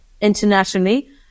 internationally